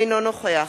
אינו נוכח